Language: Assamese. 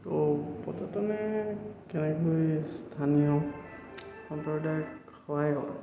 তো পৰ্যটনে কেনেকৈ স্থানীয় সস্প্ৰদায়ক সহায়ক